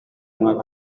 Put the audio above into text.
mwaka